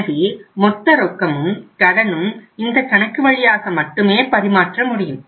எனவே மொத்த ரொக்கமும் கடனும் இந்த கணக்கு வழியாக மட்டுமே பரிமாற்ற முடியும்